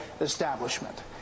establishment